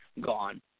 gone